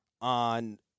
on